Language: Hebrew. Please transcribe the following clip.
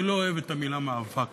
אני לא אוהב את המילה מאבק.